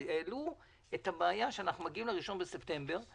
את הבעיה שאנחנו מגיעים ל-1 בספטמבר,